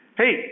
hey